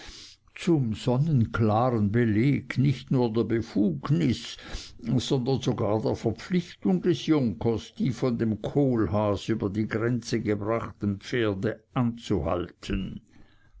zum sonnenklaren beleg nicht nur der befugnis sondern sogar der verpflichtung des junkers die von dem kohlhaas über die grenze gebrachten pferde anzuhalten